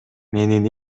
менин